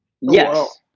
Yes